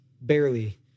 barely